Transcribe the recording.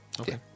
Okay